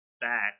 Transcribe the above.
back